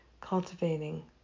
cultivating